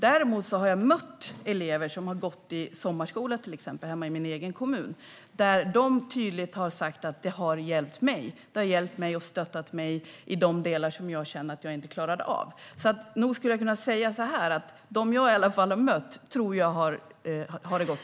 Däremot har jag mött elever som har gått i sommarskola hemma i min egen kommun, och de har tydligt sagt att det har hjälpt dem och stöttat dem i de delar som de inte klarade av. Jag skulle alltså kunna säga det har gått bra för i alla fall dem som jag har mött.